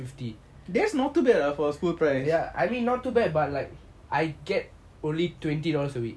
that's not too bad lah for school price